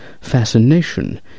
fascination